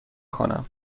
کنم